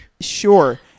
Sure